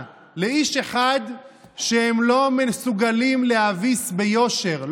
לאיש אחד שהם לא מסוגלים להביס ביושר,